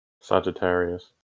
Sagittarius